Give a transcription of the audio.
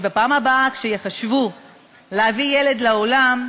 שבפעם הבאה כשהן יחשבו להביא ילד לעולם,